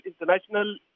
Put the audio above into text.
International